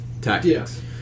tactics